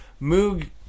Moog